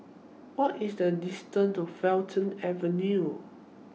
What IS The distance to Fulton Avenue